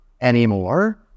anymore